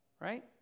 right